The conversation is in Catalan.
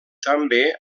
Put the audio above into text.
també